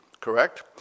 correct